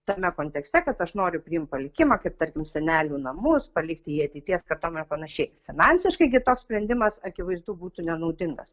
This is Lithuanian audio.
tame kontekste kad aš noriu priimt palikimą kaip tarkim senelių namus palikti jį ateities kartom ar panašiai finansiškai gi toks sprendimas akivaizdu būtų nenaudingas